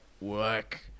work